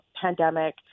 pandemic